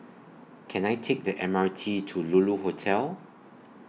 Can I Take The M R T to Lulu Hotel